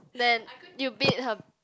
then you beat her